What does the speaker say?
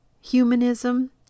humanism